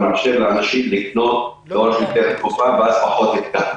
מאפשר לאנשים לקנות --- ואז פחות יתקהלו.